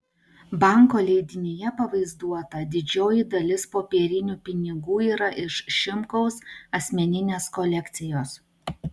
banko leidinyje pavaizduota didžioji dalis popierinių pinigų yra iš šimkaus asmeninės kolekcijos